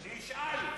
אני אשאל.